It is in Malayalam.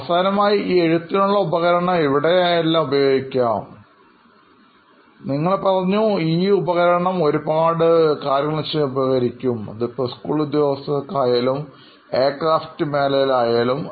അവസാനമായി ഈ എഴുത്തിനുള്ള ഉപകരണം എവിടെയെല്ലാം ഉപയോഗിക്കാം നിങ്ങൾ പറഞ്ഞു ഈ ഉപകരണം ഒരുപാട് കാര്യങ്ങൾ ചെയ്യാൻ ഉപകരിക്കും അതിപ്പോൾ സ്കൂൾ ഉദ്യോഗസ്ഥർക്ക് ആയാലും എയർക്രാഫ്റ്റ് മേഖലയിലായാലും